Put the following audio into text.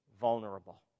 vulnerable